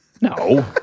No